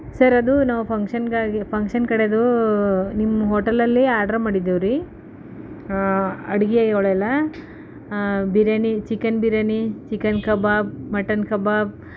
sir ಅದು ನಾವು ಫಂಕ್ಷನ್ಗಾಗಿ ಫಂಕ್ಷನ್ ಕಡೆದು ನಿಮ್ಮ ಹೋಟೆಲಲ್ಲಿ ಆರ್ಡರ್ ಮಾಡಿದ್ದೇವ ರೀ ಅಡಿಗೆಗಳೆಲ್ಲ biryani chicken biryani chicken kebab mutton ಕಬಾಬ್